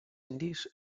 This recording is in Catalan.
indis